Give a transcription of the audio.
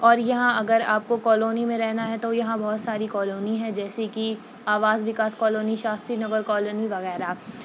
اور یہاں اگر آپ کو کالونی میں رہنا ہے تو یہاں بہت ساری کالونی ہیں جیسے کہ آواس وکاس کالونی شاستری نگر کالونی وغیرہ